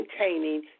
maintaining